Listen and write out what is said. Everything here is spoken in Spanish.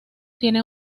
tiene